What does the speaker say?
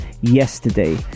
yesterday